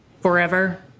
forever